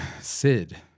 Sid